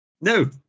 No